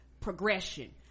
progression